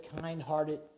kind-hearted